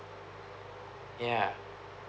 yeah